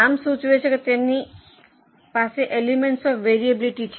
નામ સૂચવે છે કે તેમની પાસે એલિમેન્ટ્સ ઑફ વરીઅબીલીટી છે